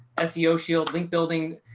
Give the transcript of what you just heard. ah seo shield link building,